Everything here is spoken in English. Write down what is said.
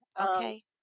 Okay